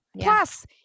Plus